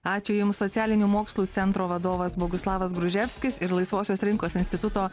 ačiū jums socialinių mokslų centro vadovas boguslavas gruževskis ir laisvosios rinkos instituto